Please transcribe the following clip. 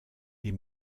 les